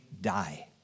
die